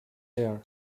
hair